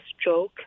stroke